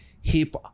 hip